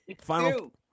final